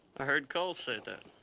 i heard cole say that.